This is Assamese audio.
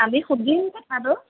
আমি সুধিম কথাটো